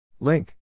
link